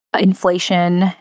inflation